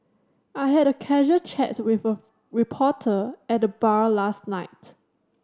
I had a casual chat with a reporter at the bar last night